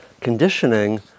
conditioning